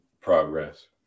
progress